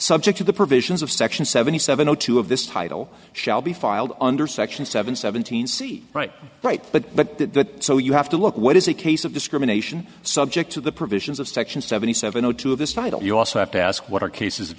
subject to the provisions of section seventy seven zero two of this title shall be filed under section seven seventeen c right right but but that so you have to look what is a case of discrimination subject to the provisions of section seventy seven zero two of this title you also have to ask what are cases of